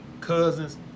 cousins